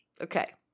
Okay